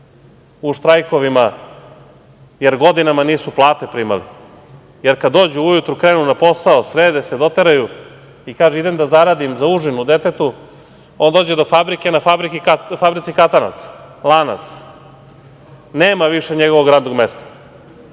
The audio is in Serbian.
u štrajkovima, jer godinama nisu plate primali, jer kada dođu ujutru, krenu na posao, srede se, doteraju i kažu – idem da zaradim za užinu detetu, on dođe do fabrike, a na fabrici katanac, lanac. Nema više njegovog radnog mesta